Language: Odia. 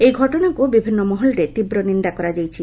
ଏହି ଘଟଶାକୁ ବିଭିନୁ ମହଲରେ ତୀବ୍ର ନିନ୍ଦା କରାଯାଇଛି